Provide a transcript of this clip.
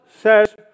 says